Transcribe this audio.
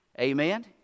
Amen